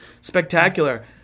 spectacular